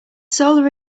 solar